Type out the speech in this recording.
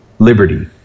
liberty